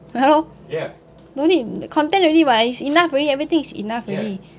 ya lor don't need content already [what] it's enough already everything is enough already